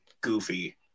goofy